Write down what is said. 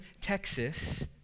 Texas